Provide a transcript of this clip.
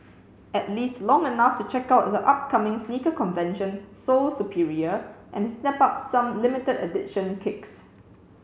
at least long enough to check out the upcoming sneaker convention Sole Superior and the snap up some limited edition kicks